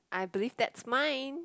I believe that's mine